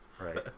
Right